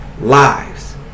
lives